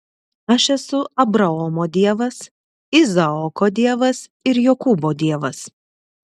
aš esu abraomo dievas izaoko dievas ir jokūbo dievas